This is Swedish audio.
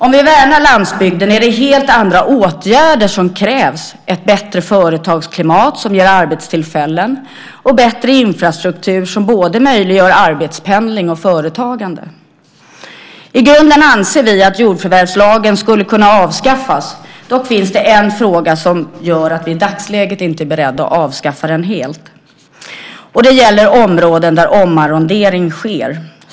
Om vi värnar landsbygden är det helt andra åtgärder som krävs, ett bättre företagsklimat som ger arbetstillfällen och bättre infrastruktur som både möjliggör arbetspendling och företagande. I grunden anser vi att jordförvärvslagen skulle kunna avskaffas, dock finns det en fråga som gör att vi i dagsläget inte är beredda att avskaffa den helt. Det gäller områdena där omarrondering sker.